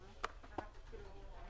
הישיבה נעולה.